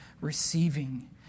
receiving